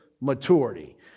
maturity